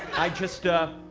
i just ah,